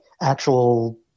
actual